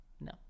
No